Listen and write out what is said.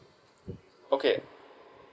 okay